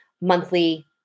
monthly